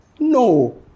No